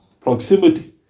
proximity